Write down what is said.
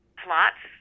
plots